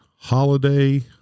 holiday